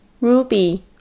Ruby